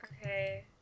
Okay